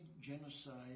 genocide